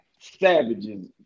savages